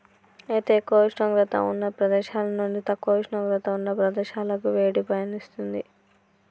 అయితే ఎక్కువ ఉష్ణోగ్రత ఉన్న ప్రదేశాల నుండి తక్కువ ఉష్ణోగ్రత ఉన్న ప్రదేశాలకి వేడి పయనిస్తుంది